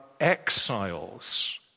exiles